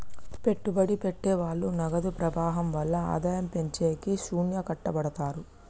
పెట్టుబడి పెట్టె వాళ్ళు నగదు ప్రవాహం వల్ల ఆదాయం పెంచేకి శ్యానా కట్టపడతారు